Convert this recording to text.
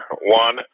One